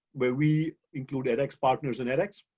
where we include edx partners and edx.